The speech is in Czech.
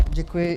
Děkuji.